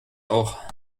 auch